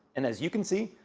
and as you can see,